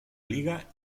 liga